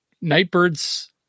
Nightbird's